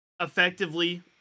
effectively